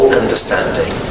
understanding